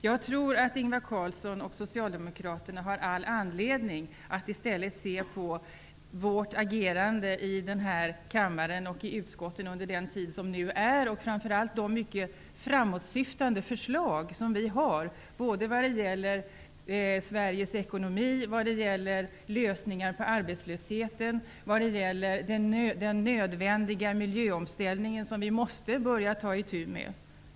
Jag tror att Ingvar Carlsson och Socialdemokraterna har all anledning att i stället se på vårt agerande i denna kammare och i utskotten under den tid som nu är och framför allt se på de mycket framåtsyftande förslag som vi har lagt fram vad gäller Sveriges ekonomi, lösningar på arbetslöshetsproblemen och den nödvändiga miljöomställning som vi måste börja ta itu med.